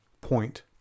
point